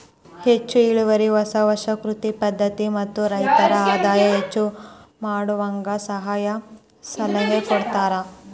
ಹೆಚ್ಚು ಇಳುವರಿ ಹೊಸ ಹೊಸ ಕೃಷಿ ಪದ್ಧತಿ ಮತ್ತ ರೈತರ ಆದಾಯ ಹೆಚ್ಚ ಮಾಡುವಂಗ ಸಹಾಯ ಸಲಹೆ ಕೊಡತಾರ